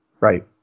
right